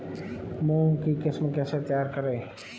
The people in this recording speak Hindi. मूंग की किस्म कैसे तैयार करें?